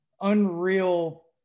unreal